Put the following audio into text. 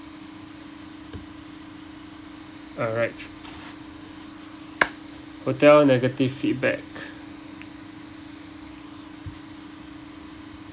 alright hotel negative feedback